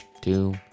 two